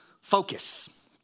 focus